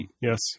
yes